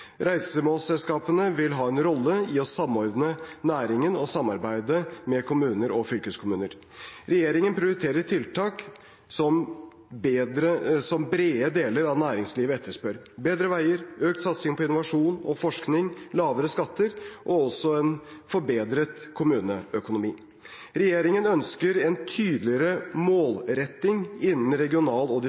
Reisemålsselskapene vil ha en rolle i å samordne næringen og samarbeide med kommuner og fylkeskommuner. Regjeringen prioriterer tiltak som brede deler av næringslivet etterspør: bedre veier, økt satsing på innovasjon og forskning, lavere skatter og også en forbedret kommuneøkonomi. Regjeringen ønsker en tydeligere målretting innen regional- og